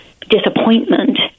disappointment